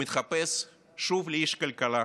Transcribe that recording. הוא מתחפש שוב לאיש כלכלה,